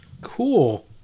Cool